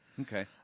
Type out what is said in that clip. Okay